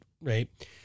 right